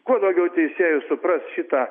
kuo daugiau teisėjų supras šitą